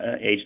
age